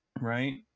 right